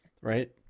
right